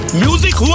music